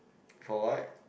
for what